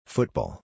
Football